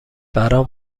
برام